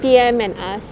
P_M and ask